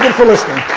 for listening.